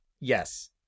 Yes